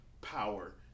power